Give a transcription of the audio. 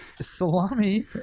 Salami